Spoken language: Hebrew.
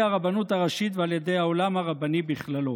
הרבנות הראשית ועל ידי העולם הרבני בכללו.